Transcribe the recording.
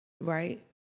right